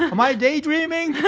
am i daydreaming?